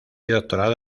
doctorado